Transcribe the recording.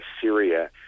Syria